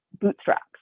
bootstraps